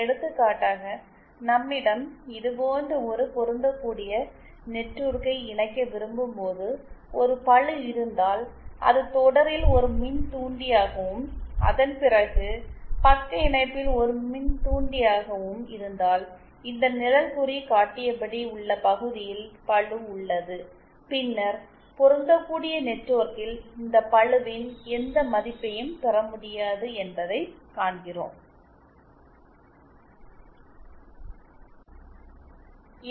எடுத்துக்காட்டாக நம்மிடம் இது போன்ற ஒரு பொருந்தக்கூடிய நெட்வொர்க்கை இணைக்க விரும்பும்போது ஒரு பளு இருந்தால் அது தொடரில் ஒரு மின்தூண்டியாகவும் அதன் பிறகு பக்க இணைப்பில் ஒரு மின்தூண்டியாகவும் இருந்தால் இந்த நிழல் குறி காட்டியபடி உள்ள பகுதியில் பளு உள்ளது பின்னர் பொருந்தக்கூடிய நெட்வொர்க்கில் இந்த பளுவின் எந்த மதிப்பையும் பெற முடியாது என்பதைக் காண்கிறோம்